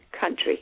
country